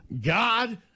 God